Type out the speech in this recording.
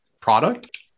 product